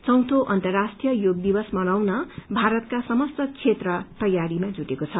चौयो अन्तर्राष्ट्रीय योग दिवस मनाउन भारतका समस्त क्षेत्र तयारीमा जुटेको छ